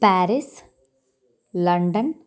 Paris London